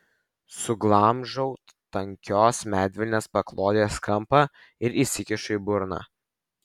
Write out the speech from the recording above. suglamžau tankios medvilnės paklodės kampą ir įsikišu į burną